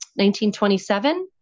1927